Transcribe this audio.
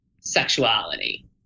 sexuality